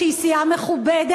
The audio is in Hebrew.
שהיא סיעה מכובדת,